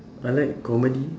I like comedy